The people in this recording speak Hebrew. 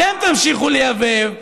אתם תמשיכו לייבב,